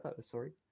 sorry